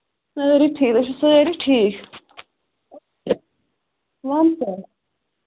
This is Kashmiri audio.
سٲری ٹھیٖک أسۍ چھِ سٲری ٹھیٖک وَن سا